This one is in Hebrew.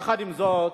יחד עם זאת,